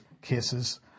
cases